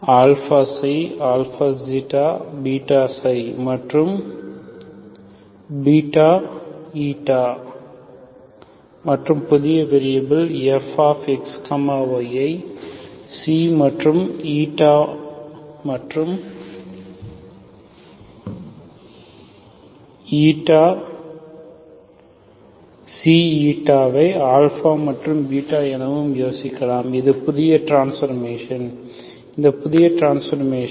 and மற்றும் புதிய variable x y ஐ மற்றும் மற்றும் ஐ மற்றும் எனவும் யோசிக்கலாம் இது புதிய டிரான்ஸ்ஃபர்மேஷன் இந்த புதிய டிரான்ஸ்ஃபர்மேஷன்